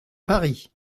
paris